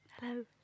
Hello